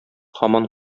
һаман